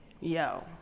Yo